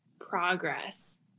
progress